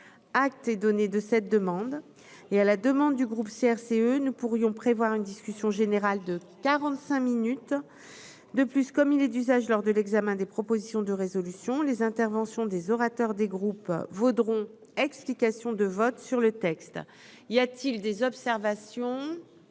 acte et donner de cette demande et à la demande du groupe CRCE nous pourrions prévoir une discussion générale de 45 minutes de plus comme il est d'usage lors de l'examen des propositions de résolution les interventions des orateurs des groupes vaudront, explications de vote sur le texte. Y a-t-il des observations,